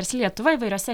versli lietuva įvairiose